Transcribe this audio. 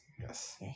Yes